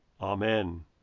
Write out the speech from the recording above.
Amen